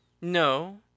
No